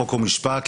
חוק ומשפט.